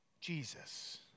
Jesus